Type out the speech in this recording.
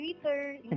Twitter